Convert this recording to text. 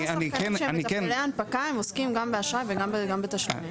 כל ה- -- שהם מתפעלי הנפקה הם עוסקים גם באשראי וגם בתשלומים.